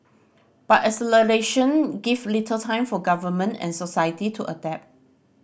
but acceleration give little time for government and society to adapt